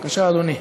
בבקשה, אדוני.